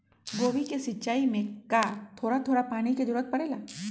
गोभी के सिचाई में का थोड़ा थोड़ा पानी के जरूरत परे ला?